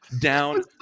down